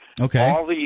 Okay